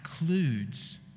includes